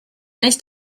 nicht